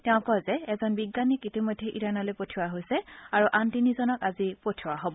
তেওঁ কয় যে এজন বিজ্ঞানীক ইতিমধ্যে ইৰাণলৈ পঠিওৱা হৈছে আৰু আন তিনিজনক আজি পঠিওৱা হ'ব